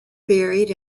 buried